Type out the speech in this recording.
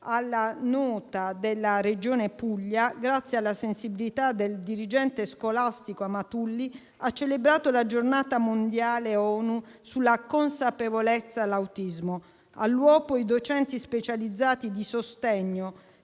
alla nota della Regione Puglia, grazie alla sensibilità del dirigente scolastico Amatulli, ha celebrato la giornata mondiale ONU sulla consapevolezza dell'autismo. All'uopo i docenti specializzati di sostegno,